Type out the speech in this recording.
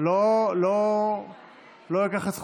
לא אקח את זכותך.